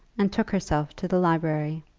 and took herself to the library.